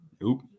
Nope